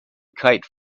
kite